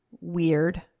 weird